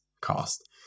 cost